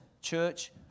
Church